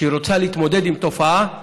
כשהיא רוצה להתמודד עם תופעה,